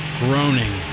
groaning